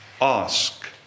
ask